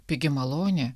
pigi malonė